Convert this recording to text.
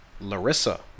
Larissa